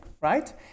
right